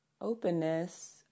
openness